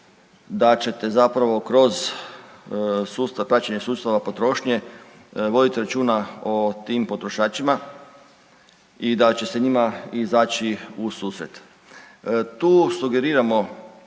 da ćete zapravo kroz sustav, praćenje sustava potrošnje vodit računa o tim potrošačima i da će se njima izaći u susret. Tu sugeriramo